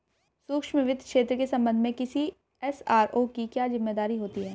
सूक्ष्म वित्त क्षेत्र के संबंध में किसी एस.आर.ओ की क्या जिम्मेदारी होती है?